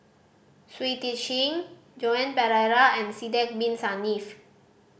Shui Tit Sing Joan Pereira and Sidek Bin Saniff